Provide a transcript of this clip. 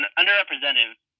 underrepresented